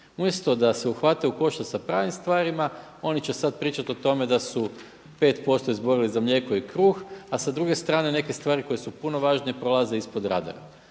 Umjesto da se uhvate u koštac sa pravim stvarima oni će sada pričati o tome da su 5% izborili za mlijeko i kruh, a sa druge strane neke stvari koje su puno važnije prolaze ispod radara.